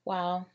Wow